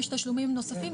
יש תשלומים נוספים,